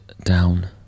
down